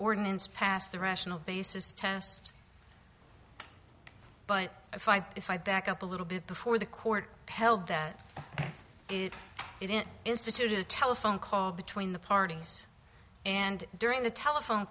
ordinance passed the rational basis test but if i if i back up a little bit before the court held that it it instituted a telephone call between the parties and during the telephone